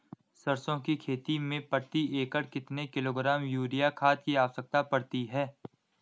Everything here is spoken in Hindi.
सरसों की खेती में प्रति एकड़ कितने किलोग्राम यूरिया खाद की आवश्यकता पड़ती है?